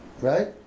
right